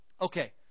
Okay